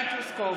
פלוסקוב,